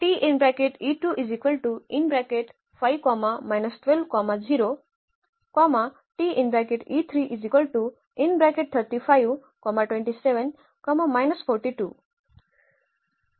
तर आपल्याकडे हे A आहे